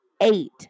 eight